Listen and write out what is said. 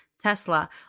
Tesla